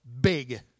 big